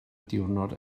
diwrnod